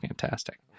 fantastic